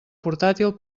portàtil